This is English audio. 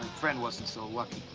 friend wasn't so lucky.